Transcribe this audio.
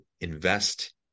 invest